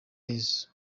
yesu